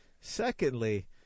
Secondly